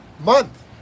month